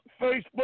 Facebook